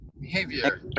behavior